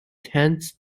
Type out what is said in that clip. tents